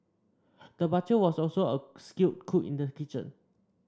the butcher was also a skilled cook in the kitchen